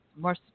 more